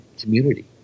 community